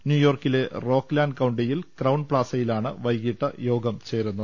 ന്യൂയോർക്കിലെ റോക്ലാൻഡ് കൌണ്ടിയിൽ ക്രൌൺ പ്ലാസയിലാണ് വൈകിട്ട് യോഗം ചേരുന്നത്